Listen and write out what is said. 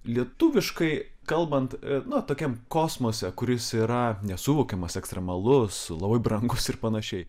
lietuviškai kalbant na tokiam kosmose kuris yra nesuvokiamas ekstremalus labai brangus ir panašiai